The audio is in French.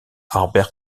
harbert